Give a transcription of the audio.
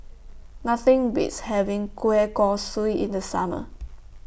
Nothing Beats having Kueh Kosui in The Summer